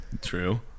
True